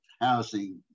housing